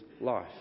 life